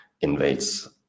invades